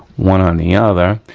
one on the other.